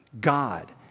God